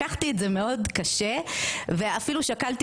לקחתי את זה מאוד קשה ואפילו שקלתי